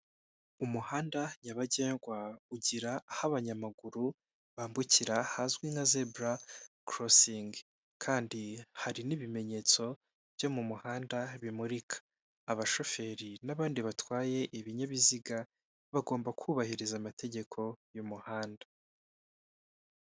Umuhanda nyabagendwa ugira aho abanyamaguru bambukira hazwi nka zebra crosing, kandi hari n'ibimenyetso byo mu muhanda bimurika, abashoferi n'abandi batwaye ibinyabiziga bagomba kubahiriza amategeko y'umuhanda.